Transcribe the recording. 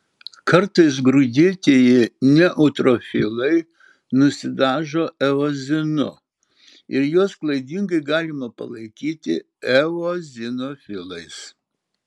kartais grūdėtieji neutrofilai nusidažo eozinu ir juos klaidingai galima palaikyti eozinofilais